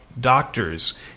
doctors